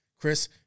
Chris